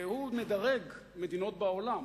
והוא מדרג מדינות בעולם